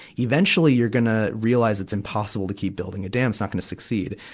eventually you're gonna realize it's impossible to keep building a dam it's not gonna succeed.